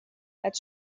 als